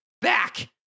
back